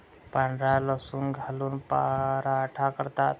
पांढरा लसूण घालून पराठा करतात